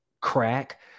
crack